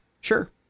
Sure